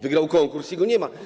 Wygrał konkurs i go nie ma.